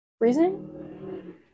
Reason